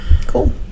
Cool